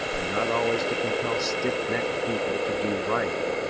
and not always to compel stiff-necked people to do right.